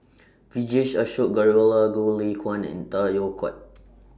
Vijesh Ashok Ghariwala Goh Lay Kuan and Tay Yom quiet